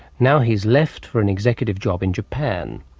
now he's left for an executive job in japan.